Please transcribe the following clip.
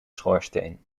schoorsteen